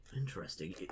interesting